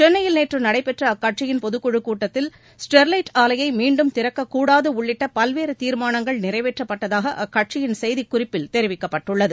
சென்னையில் நேற்று நடைபெற்ற அக்கட்சியின் பொதுக்குழுக் கூட்டத்தில் ஸ்டெர்லைட் ஆலையை மீண்டும் திறக்கக் கூடாது உள்ளிட்ட பல்வேறு தீர்மானங்கள் நிறைவேற்றப்பட்டதாக அக்கட்சியின் செய்திக்குறிப்பில் தெரிவிக்கப்பட்டுள்ளது